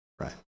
Right